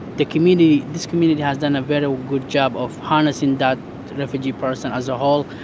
the community this community has done a very good job of harnessing that refugee person as a whole,